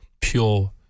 pure